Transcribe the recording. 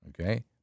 Okay